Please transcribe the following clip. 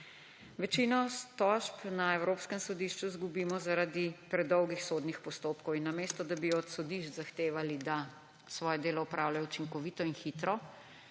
Večino tožb na Evropskem sodišču izgubimo zaradi predolgih sodnih postopkov in namesto, da bi od sodišč zahtevali, da svoje delo opravljajo učinkovito in hitro,